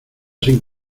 sin